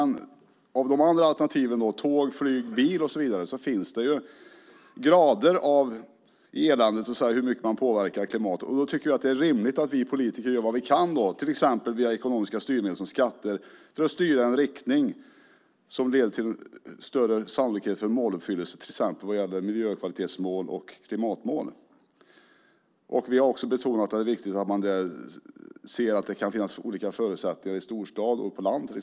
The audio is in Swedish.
När det gäller alternativen tåg, flyg och bil finns det grader av hur mycket man påverkar klimatet. Det är rimligt att vi politiker gör vad vi kan till exempel via ekonomiska styrmedel som skatter för att styra i en riktning som leder till större sannolikhet för måluppfyllelse när det gäller miljökvalitetsmål och klimatmål. Vi har också betonat att det är viktigt att man ser att det är olika förutsättningar i storstad och på landsbygd.